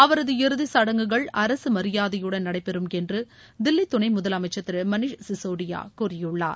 அவரது இறுதி சடங்குகள் அரசு மரியாதையுடன் நடைபெறும் என்று தில்லி துணை முதலமைச்சர் திரு மனிஷ் சிசோடியா கூறியுள்ளார்